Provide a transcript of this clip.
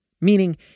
meaning